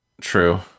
true